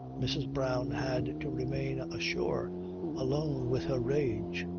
mrs. brown had to remain ashore alone with her rage,